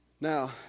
now